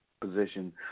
position